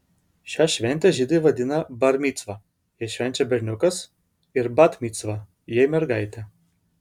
šią šventę žydai vadina bar micva jei švenčia berniukas ir bat micva jei mergaitė